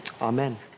Amen